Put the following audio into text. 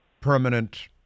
permanent